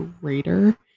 greater